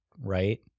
right